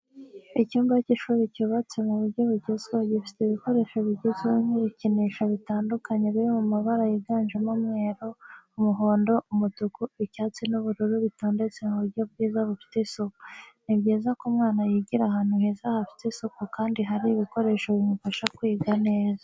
Icyumba cy'ishuri cyubatse mu buryo bugezweho gifite ibikoresho bigezweho n'ibikinisho bitandukanye biri mabara yiganjemo umweru, umuhondo, umutuku, icyatsi n'ubururu bitondetse mu buryo bwiza bufite isuku. Ni byiza ko umwana yigira ahantu heza hafite isuku kandi hari ibikoresho bimufasha kwiga neza.